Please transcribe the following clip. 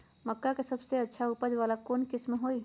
मक्का के सबसे अच्छा उपज वाला कौन किस्म होई?